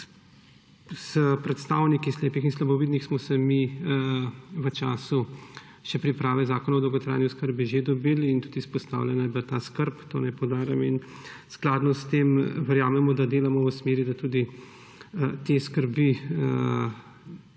S predstavniki slepih in slabovidnih smo se mi v času še priprave zakona o dolgotrajni oskrbi že dobili in tudi izpostavljena je bila ta skrb, to naj poudarim. Skladno s tem verjamemo, da delamo v smeri, da tudi te skrbi so